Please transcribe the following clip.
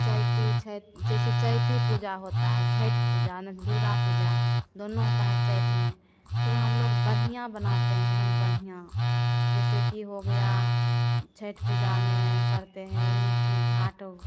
चैती छठ जैसे चैती पूजा होता है छठ पूजा नहीं तो दुर्गा पूजा दोनों होता है चैत में तो हम लोग बढ़िया बनाते हैं एकदम बढ़िया जैसे की हो गया छठ पूजा में करते हैं यही की घाट